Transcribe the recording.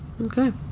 okay